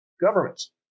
governments